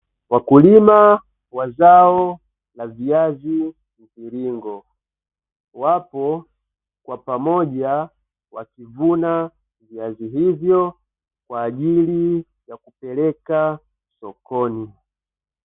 Wakulima wa zao la viazi mviringo wapo kwa pamoja wakivuna viazi hivyo kwa ajili ya kupeleka sokoni.